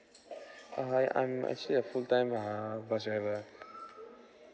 I I'm actually a full time uh bus driver